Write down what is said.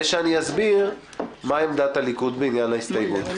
שאסביר מה עמדת הליכוד בעניין ההסתייגות.